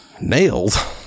nailed